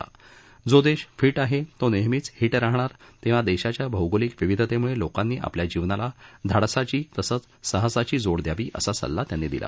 जो देश फिट आहे तो नेहमीच हिट राहणार तेव्हा देशाच्या भौगोलिक विविधतेमुळे लोकांनी आपल्या जीवनाला धाड्साची साहसाची जोड द्यावी असा सल्ला त्यांनी दिला